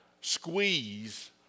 squeeze